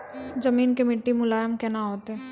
जमीन के मिट्टी मुलायम केना होतै?